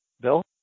Bill